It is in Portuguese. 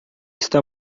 está